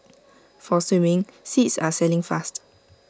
for swimming seats are selling fast